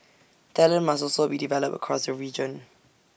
talent must also be developed across the region